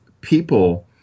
people